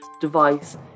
device